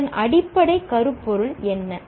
இதன் அடிப்படை கருப்பொருள் என்ன